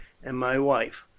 and my wife,